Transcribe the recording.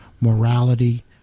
morality